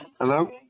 Hello